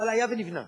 אבל היה ונבנה,